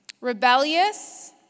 Rebellious